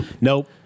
Nope